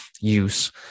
use